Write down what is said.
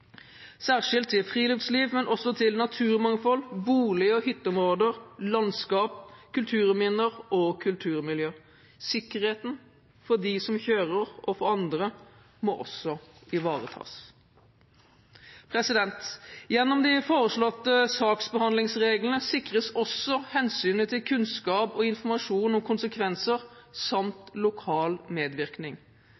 særskilt til friluftsliv, men også til naturmangfold, bolig- og hytteområder, landskap, kulturminner og kulturmiljø. Sikkerheten for dem som kjører, og for andre, må også ivaretas. Gjennom de foreslåtte saksbehandlingsreglene sikres også hensynet til kunnskap og informasjon om konsekvenser samt lokal medvirkning.